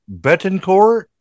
Betancourt